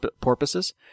porpoises